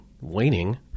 waning